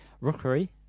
Rookery